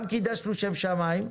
גם קידשנו שם שמיים,